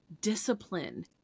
discipline